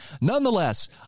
Nonetheless